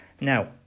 now